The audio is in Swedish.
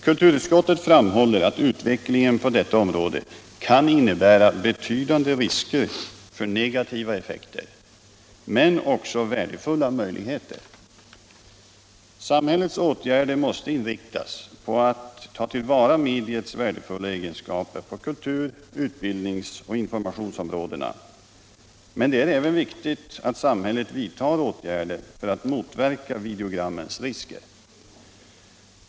Kulturutskottet framhåller att utvecklingen på detta område kan innebära betydande risker för negativa effekter men också värdefulla möjligheter. Samhällets åtgärder måste inriktas på att ta till vara mediets värdefulla egenskaper på kultur-, utbildnings och informationsområdena, men det är även viktigt att samhället vidtar åtgärder för att motverka videogrammens risker.